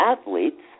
athletes